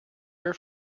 air